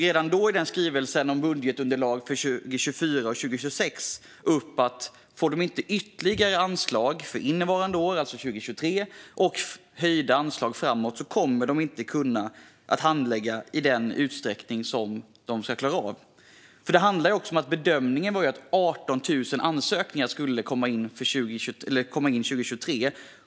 Redan i sin skrivelse om budgetunderlag för 2024-2026 tog CSN upp att om de inte får ytterligare anslag för innevarande år, alltså 2023, och höjda anslag framåt kommer de inte att kunna handlägga i den utsträckning som de ska klara av. Bedömningen då var att 18 000 ansökningar skulle komma in 2023.